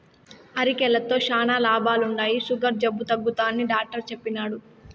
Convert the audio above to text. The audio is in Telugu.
అరికెలతో శానా లాభాలుండాయి, సుగర్ జబ్బు తగ్గుతాదని డాట్టరు చెప్పిన్నారు